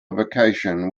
vacation